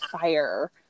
fire